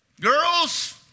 girls